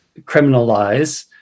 criminalize